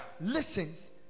listens